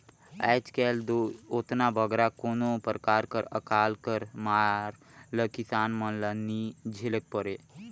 आएज काएल दो ओतना बगरा कोनो परकार कर अकाल कर मार ल किसान मन ल नी झेलेक परे